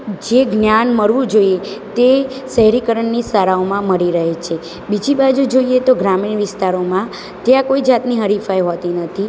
જે જ્ઞાન મળવું જોઈએ તે શહેરીકરણની શાળાઓમાં મળી રહે છે બીજી બાજુ જોઈએ તો ગ્રામીણ વિસ્તારોમાં ત્યાં કોઈ જાતની હરીફાઈ હોતી નથી